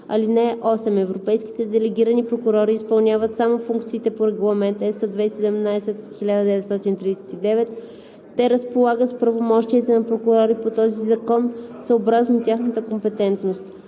им. (8) Европейските делегирани прокурори изпълняват само функциите по Регламент (ЕС) 2017/1939. Те разполагат с правомощията на прокурори по този закон, съобразно тяхната компетентност.“